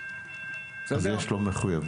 אז יש לו מחויבות.